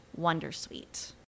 Wondersuite